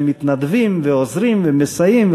שמתנדבים ועוזרים ומסייעים,